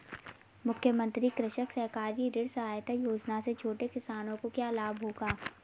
मुख्यमंत्री कृषक सहकारी ऋण सहायता योजना से छोटे किसानों को क्या लाभ होगा?